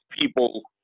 people